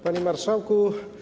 Panie Marszałku!